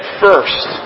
first